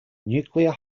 nuclear